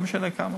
לא משנה כמה.